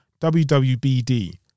WWBD